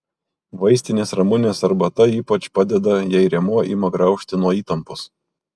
vaistinės ramunės arbata ypač padeda jei rėmuo ima graužti nuo įtampos